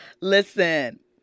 Listen